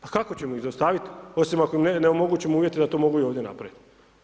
Pa kako ćemo ih zaustaviti, osim ako im ne omogućimo uvjete da to mogu i ovdje napraviti.